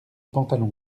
pantalon